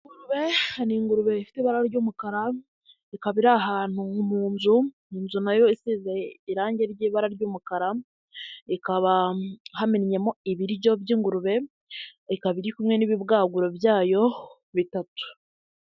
Hari ingurube rifite ibara ry'umukara ikaba iri ahantu mu nzu, inzu nayo isize irangi ry'ibara ry'umukara, ikaba hamennyemo ibiryo by'ingurube ikaba iri kumwe n'ibibwaguro byayo bitatu.